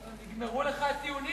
נגמרו לך הטיעונים,